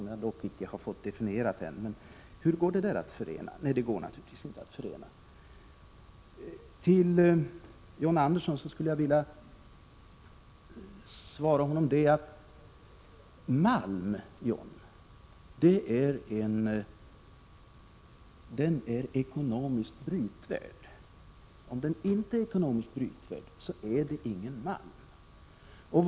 Jag har dock inte fått detta uttryck definierat än. Men hur går detta att förena? Det går naturligtvis inte att förena. Till John Andersson vill jag säga att malm är ekonomiskt brytvärd. Om den inte är ekonomiskt brytvärd är det ingen malm.